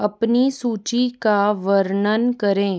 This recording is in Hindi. अपनी सूची का वर्णन करें